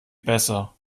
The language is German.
besser